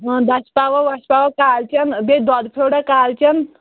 دَچھہ پاوا وَچھہ پاوا کالہٕ بیٚیہِ دۄد پھیورا کالہٕ